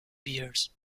beers